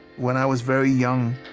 when i was very young,